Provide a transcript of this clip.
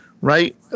right